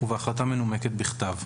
ובהחלטה מנומקת בכתב.